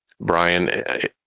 Brian